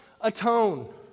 atone